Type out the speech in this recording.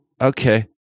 Okay